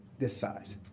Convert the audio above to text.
this size.